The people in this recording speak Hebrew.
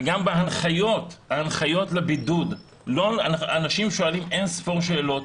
וגם בהנחיות לבידוד אנשים שואלים אין-ספור שאלות,